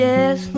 Yes